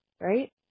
right